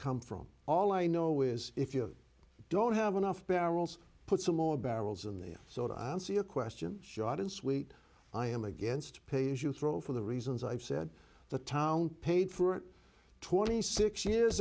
come from all i know is if you don't have enough barrels put some more barrels in there so to answer your questions shot in sweet i am against pay as you throw for the reasons i've said the town paid for twenty six years